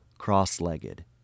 cross-legged